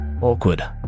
Awkward